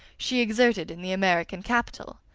she exerted in the american capital.